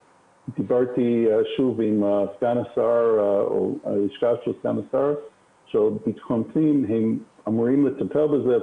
דיברתי שוב עם לשכת סגן השר לביטחון פנים והם אמורים לטפל בזה.